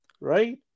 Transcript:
Right